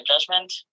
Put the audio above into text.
judgment